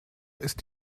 ist